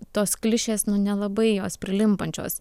tos klišės nu nelabai jos prilimpančios